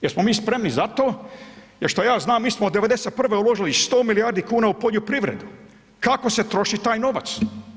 Jesmo mi spremni za to, jer što ja znam mi smo od '91. uložili 100 milijardi kuna u poljoprivredu, kako se troši taj novac.